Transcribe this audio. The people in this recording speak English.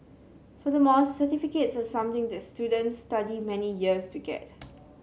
furthermore certificates are something that students study many years to get